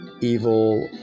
evil